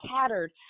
tattered